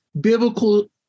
Biblical